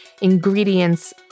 ingredients